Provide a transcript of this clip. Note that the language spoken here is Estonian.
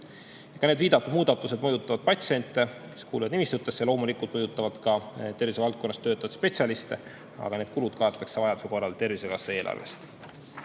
Need viidatud muudatused mõjutavad patsiente, kes kuuluvad nimistutesse, ja loomulikult mõjutavad ka tervishoiuvaldkonnas töötavaid spetsialiste. Need kulud kaetakse vajaduse korral Tervisekassa eelarvest.